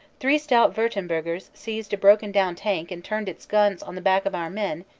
three stout wurtem burgers seized a broken-down tank and turned its guns on the back of our men,